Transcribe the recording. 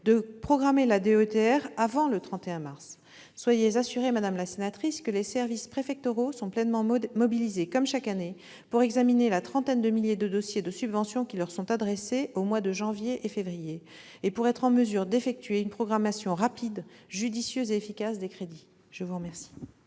de programmer la DETR avant le 31 mars. Soyez assurée, madame la sénatrice, que les services préfectoraux sont pleinement mobilisés, comme chaque année, pour examiner la trentaine de milliers de dossiers de subvention qui leur sont adressés aux mois de janvier et de février pour être en mesure d'effectuer une programmation rapide, judicieuse et efficace des crédits. La parole